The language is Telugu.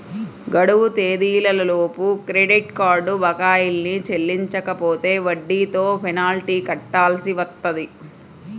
గడువు తేదీలలోపు క్రెడిట్ కార్డ్ బకాయిల్ని చెల్లించకపోతే వడ్డీతో పెనాల్టీ కట్టాల్సి వత్తది